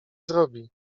zrobi